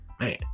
man